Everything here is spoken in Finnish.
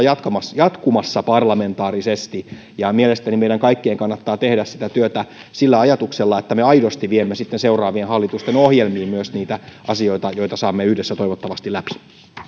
jatkumassa jatkumassa parlamentaarisesti mielestäni meidän kaikkien kannattaa tehdä sitä työtä sillä ajatuksella että me aidosti sitten myös viemme seuraavien hallitusten ohjelmiin niitä asioita joita saamme toivottavasti yhdessä läpi